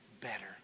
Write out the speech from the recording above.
better